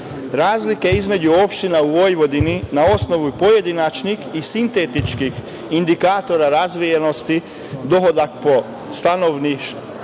Srbije. Razlike između opština u Vojvodini na osnovu pojedinačnih i sintetičkih indikatora razvijenosti, dohodak po stanovniku,